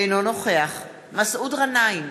אינו נוכח מסעוד גנאים,